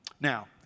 Now